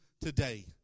today